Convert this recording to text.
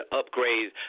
upgrade